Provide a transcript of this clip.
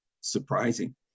surprising